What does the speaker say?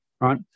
right